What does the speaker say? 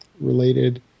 related